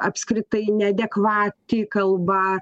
apskritai neadekvati kalba